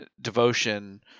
devotion